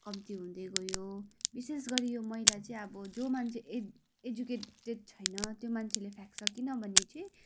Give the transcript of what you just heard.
कम्ती हुँदै गयो विशेष गरी यो मैला चाहिँ अब जो मान्छे एड एजुकेटेड छैन त्यो मान्छेले फ्याँक्छ किनभने चाहिँ